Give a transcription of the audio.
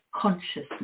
consciousness